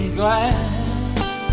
glass